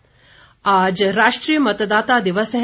मतदाता दिवस आज राष्ट्रीय मतदाता दिवस है